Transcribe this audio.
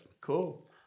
Cool